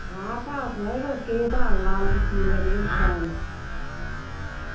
आं भाव सनायो भला केह् भाव न लाल पीपनी शैल